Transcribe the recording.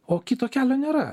o kito kelio nėra